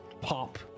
pop